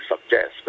suggest